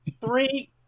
three